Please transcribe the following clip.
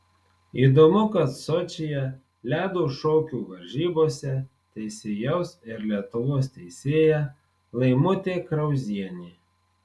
įdomu kad sočyje ledo šokių varžybose teisėjaus ir lietuvos teisėja laimutė krauzienė